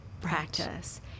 practice